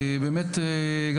ותודה גם